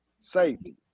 safety